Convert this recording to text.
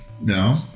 No